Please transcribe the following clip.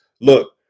look